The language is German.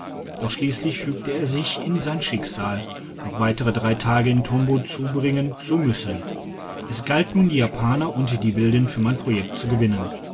doch schliesslich fügte er sich in sein schicksal noch weitere drei tage in tombo zubringen zu müssen es galt nun die japaner und die wilden für mein projekt zu gewinnen